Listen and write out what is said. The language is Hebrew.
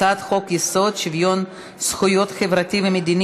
הצעת חוק-יסוד: שוויון זכויות חברתי ומדיני